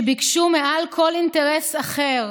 שביקשו מעל כל אינטרס אחר